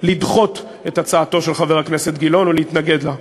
לדחות את הצעתו של חבר הכנסת גילאון ולהתנגד לה.